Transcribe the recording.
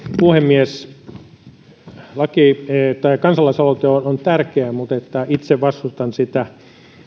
puhemies kansalaisaloite on tärkeä mutta itse vastustan sitä